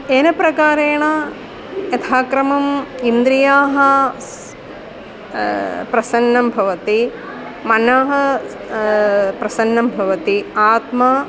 येन प्रकारेण यथा क्रमं इन्द्रियाः स प्रसन्नं भवति मनः प्रसन्नं भवति आत्मा